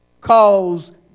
cause